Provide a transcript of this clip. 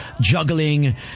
juggling